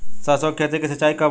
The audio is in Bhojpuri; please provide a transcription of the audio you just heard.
सरसों की खेती के सिंचाई कब होला?